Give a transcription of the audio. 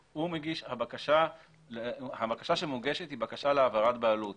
הבקשה שמוגשת היא בקשה להעברת בעלות.